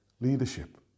leadership